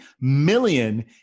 million